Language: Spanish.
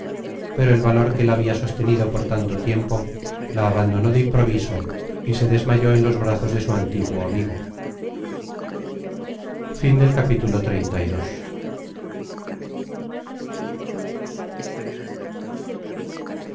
pero el valor que la habia sostenido por tanto tiempo la abandonó de improviso y se desmayó en los brazos de su antiguo amigo